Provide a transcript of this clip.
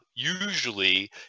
usually